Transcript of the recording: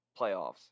playoffs